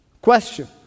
Question